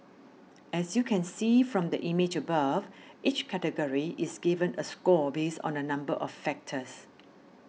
as you can see from the image above each category is given a score based on a number of factors